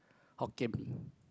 Hokkien Mee